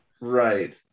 Right